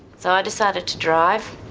so i decided to drive.